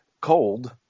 cold